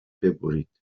ببرید